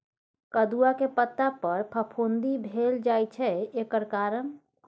कदुआ के पता पर फफुंदी भेल जाय छै एकर कारण?